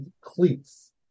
cleats